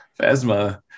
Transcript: Phasma